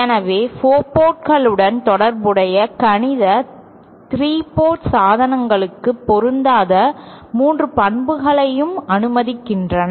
எனவே 4 போர்டுகளுடன் தொடர்புடைய கணிதம் 3 போர்ட் சாதனங்களுக்கு பொருந்தாத 3 பண்புகளையும் அனுமதிக்கின்றன